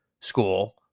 school